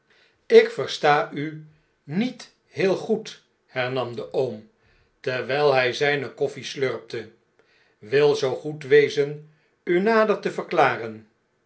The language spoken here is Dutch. lk versta u niet heel goed hernam de oom terwjjl hjj zyne koffie slurpte wil zoo goed wezen u nader te verklaren